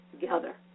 together